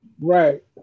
Right